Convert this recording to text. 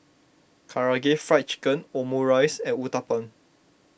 Karaage Fried Chicken Omurice and Uthapam